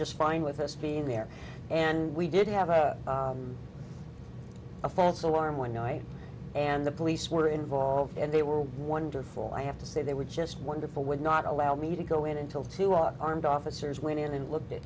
just fine with us being there and we didn't have a false alarm one night and the police were involved and they were wonderful i have to say they were just wonderful would not allow me to go in until two our armed officers went in and looked at